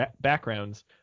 backgrounds